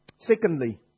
Secondly